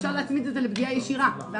אפשר להצמיד את זה לפגיעה ישירה ואז